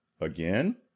again